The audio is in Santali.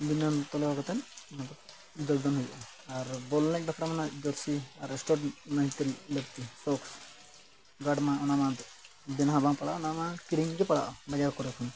ᱵᱤᱱᱟᱹ ᱛᱚᱞᱮ ᱞᱟᱜᱟᱣ ᱠᱟᱛᱮ ᱚᱱᱟ ᱫᱚ ᱫᱟᱹᱲ ᱫᱚᱱ ᱦᱩᱭᱩᱜᱼᱟ ᱟᱨ ᱵᱚᱞ ᱮᱱᱮᱡ ᱵᱟᱠᱷᱨᱟ ᱨᱮᱱᱟᱜ ᱡᱟᱨᱥᱤ ᱟᱨ ᱮᱥᱴᱳᱰ ᱱᱟᱭᱤᱱ ᱛᱟᱹᱱᱤᱜ ᱜᱟᱹᱠᱛᱤ ᱥᱚᱠᱥ ᱜᱟᱨᱰ ᱢᱟ ᱚᱱᱟ ᱢᱟ ᱵᱮᱱᱟᱣ ᱵᱟᱝ ᱯᱟᱲᱟᱜᱼᱟ ᱚᱱᱟ ᱢᱟ ᱠᱤᱨᱤᱧ ᱜᱮ ᱯᱟᱲᱟᱜᱼᱟ ᱵᱟᱡᱟᱣ ᱠᱚᱨᱮ ᱠᱷᱚᱱ